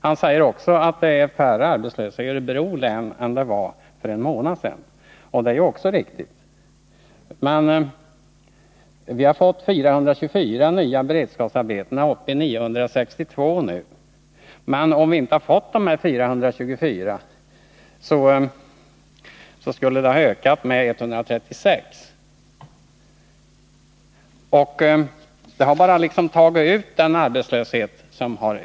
Han säger också att det är färre arbetslösa i Örebro län än det var för en månad sen. Det är också riktigt. Men vi har fått 424 nya beredskapsarbeten och är nu uppe i 962. Om vi inte hade fått de 424 beredskapsarbetena skulle arbetslösheten ha ökat med 136 personer. Insatserna har bara gått jämnt ut med den ökade arbetslösheten.